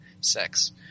sex